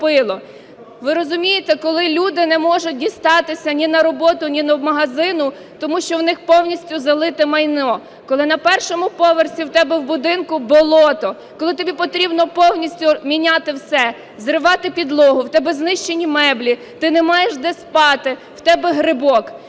Ви розумієте, коли люди не можуть дістатися ні на роботу, ні до магазину, тому що у них повністю залите майно. Коли на першому поверсі у тебе в будинку болото, коли тобі потрібно повністю міняти все, зривати підлогу, у тебе знищені меблі, ти не маєш де спати, в тебе грибок.